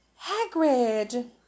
Hagrid